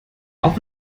auch